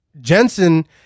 Jensen